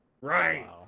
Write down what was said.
Right